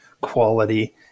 quality